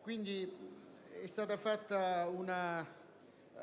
quindi operata una